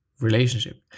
relationship